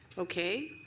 okay.